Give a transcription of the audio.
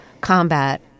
combat